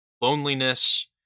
loneliness